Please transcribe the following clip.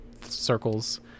circles